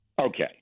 Okay